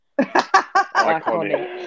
Iconic